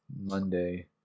Monday